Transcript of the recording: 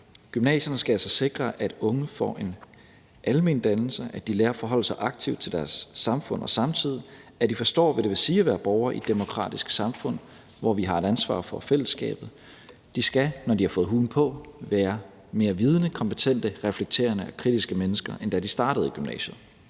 Gymnasierne skal altså sikre, at unge får en almen dannelse, at de lærer at forholde sig aktivt til deres samfund og samtid, og at de forstår, hvad det vil sige at være borger i et demokratisk samfund, hvor vi har et ansvar for fællesskabet. De skal, når de har fået huen på, være mere vidende, kompetente, reflekterende og kritiske mennesker, end da de startede i gymnasiet.